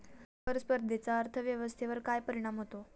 कर स्पर्धेचा अर्थव्यवस्थेवर काय परिणाम होतो?